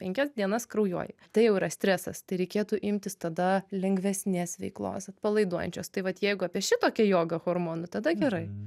penkias dienas kraujuoji tai jau yra stresas tai reikėtų imtis tada lengvesnės veiklos atpalaiduojančios tai vat jeigu apie šitokią jogą hormonų tada gerai